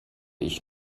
ich